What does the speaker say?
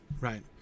right